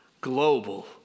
global